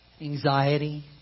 anxiety